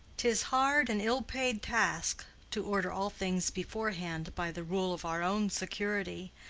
tis hard and ill-paid task to order all things beforehand by the rule of our own security,